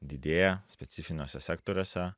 didėja specifiniuose sektoriuose